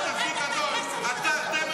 אתה צריך לשתוק אתה.